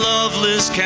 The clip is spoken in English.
Loveless